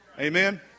Amen